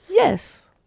yes